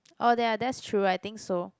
oh ya that's true I think so